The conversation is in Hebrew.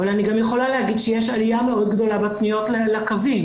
אבל אני יכולה להגיד שיש עלייה מאוד גדולה בפניות לקווים.